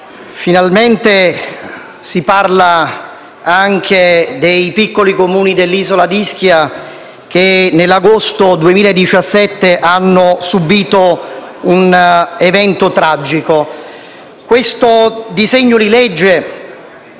finalmente si parla anche dei piccoli Comuni dell'isola d'Ischia, che nell'agosto 2017 hanno subìto un evento tragico. Il disegno di legge